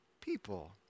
people